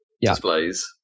displays